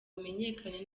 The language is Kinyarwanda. amenyekane